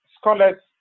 scholars